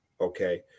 Okay